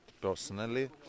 personally